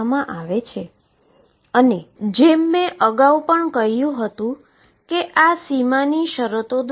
જે 22m છે તો હવે હું માટે d2dx2 12m2x2 લખુ છું